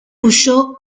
huyó